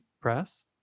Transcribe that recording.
Press